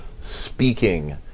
speaking